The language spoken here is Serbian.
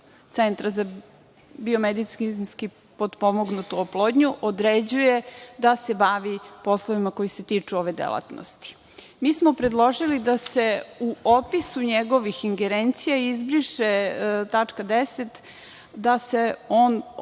Centra za biomedicinski potpomognutu oplodnju određuje da se bavi poslovima koji se tiču ove delatnosti. Mi smo predložili da se u opisu njegovih ingerencija izbriše tačka 10) da se bavi odnosima